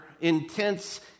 intense